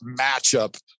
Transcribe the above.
matchup